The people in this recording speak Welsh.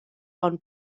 ond